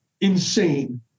insane